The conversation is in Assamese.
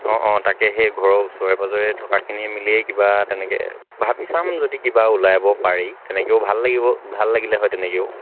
অঁ অঁ তাকে সেই ঘৰৰ ওচৰে পাঁজৰে থকাখিনি মিলিয়েই কিবা তেনেকৈ ভাবি চাম যদি কিবা ওলাব পাৰি তেনেকৈও ভাল লাগিব ভাল লাগিলে হয় তেনেকৈও